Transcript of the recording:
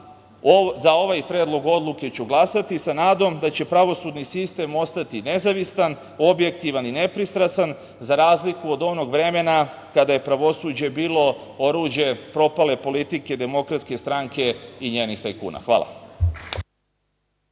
za ovaj Predlog odluke ću glasati sa nadom da će pravosudni sistem ostati nezavisan, objektivan i nepristrasan, za razliku od onog vremena kada je pravosuđe bilo oruđe propale politike Demokratske stranke i njenih tajkuna. Hvala.